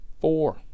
Four